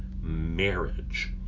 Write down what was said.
marriage